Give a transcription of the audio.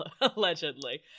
allegedly